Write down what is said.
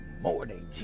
morning